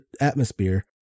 atmosphere